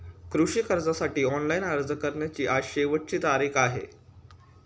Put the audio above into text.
कृषी कर्जासाठी ऑनलाइन अर्ज करण्याची आज शेवटची तारीख आहे